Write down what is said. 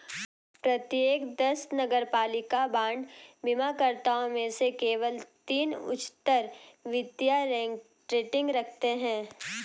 प्रत्येक दस नगरपालिका बांड बीमाकर्ताओं में से केवल तीन उच्चतर वित्तीय रेटिंग रखते हैं